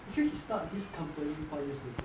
actually he start this company four years ago